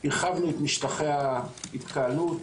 הרחבנו את משטחי ההתקהלות,